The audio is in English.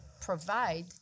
provide